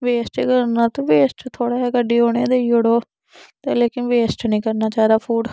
waste ई करना ते वेस्ट थोह्ड़ा जेहा कड्डियै उ'नेंगी देई उड़ो ते लेकिन वेस्ट नी करना चाहिदा फूड